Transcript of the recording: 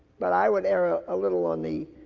but i would err a ah little on the,